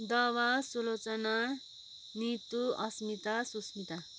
Dawa Sulochana Nitu Asmita Susmita